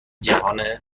جهان